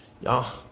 y'all